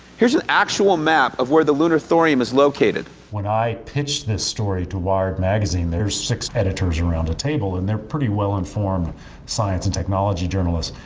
here's an actual map of where the lunar thorium is located. when i pitched this story to wired magazine. there were six editors around a table, and they're pretty well informed science and technology journalists,